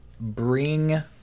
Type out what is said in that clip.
bring